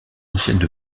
anciennes